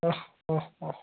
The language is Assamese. অঁহ্ অঁহ্ অঁহ্